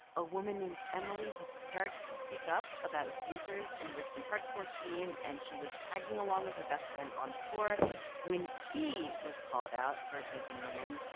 a woman named emily has started to speak up about abusers in the richmond hardcore scene. and she was tagging along with her best friend on tour when he was called out for abusing women.